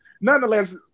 Nonetheless